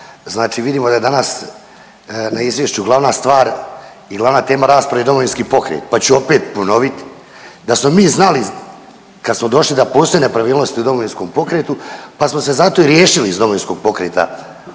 znači vidimo da je danas na izvješću glavna stvar i glavna tema rasprave Domovinski pokret, pa ću opet ponoviti da smo mi znali kad smo došli da postoje nepravilnosti u Domovinskom pokretu, pa smo se zato i riješili iz Domovinskog pokreta